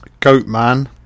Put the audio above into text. Goatman